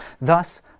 Thus